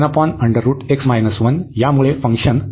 यामुळे function unbounded होत आहे